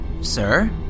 Sir